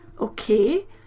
Okay